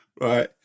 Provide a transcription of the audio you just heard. right